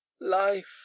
Life